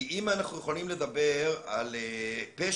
כי אם אנחנו יכולים לדבר על פשע,